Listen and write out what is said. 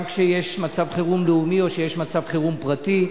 גם כשיש מצב חירום לאומי או שיש מצב חירום פרטי,